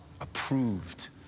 approved